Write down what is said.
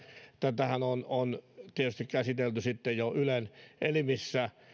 tätähän on on tietysti käsitelty jo ylen elimissä